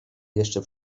jeszcze